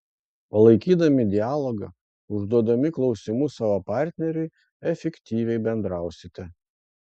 palaikydami dialogą užduodami klausimų savo partneriui efektyviai bendrausite